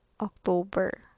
October